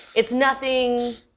it's nothing